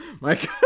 Mike